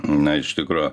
na iš tikro